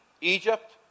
Egypt